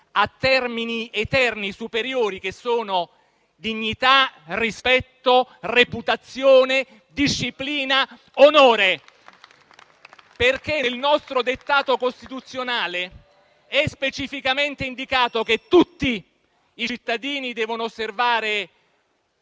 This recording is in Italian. a termini eterni e superiori come dignità, rispetto, reputazione, disciplina e onore. Nel nostro dettato costituzionale è specificamente indicato che tutti i cittadini devono osservare